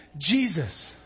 Jesus